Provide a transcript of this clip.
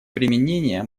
применения